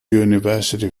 university